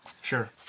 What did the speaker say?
Sure